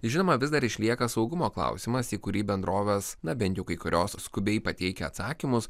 žinoma vis dar išlieka saugumo klausimas į kurį bendrovės na bent jau kai kurios skubiai pateikia atsakymus